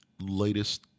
latest